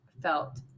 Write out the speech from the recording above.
felt